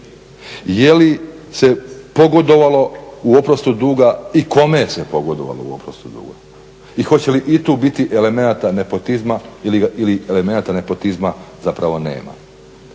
Je li se pogodovalo u oprostu duga i kome se pogodovalo u oprostu duga i hoće li i tu biti elemenata nepotizma ili elemenata nepotizama zapravo nema?